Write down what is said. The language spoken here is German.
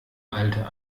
alter